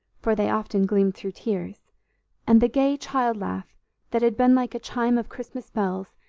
for they often gleamed through tears and the gay child-laugh, that had been like a chime of christmas bells,